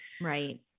right